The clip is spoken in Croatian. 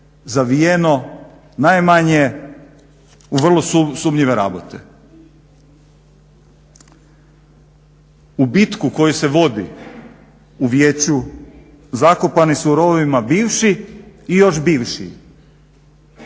zavijeno najmanje u vrlo sumnjive rabote. U bitku koji se vodi u vijeću zakopani su u rovovima bivši i još bivši.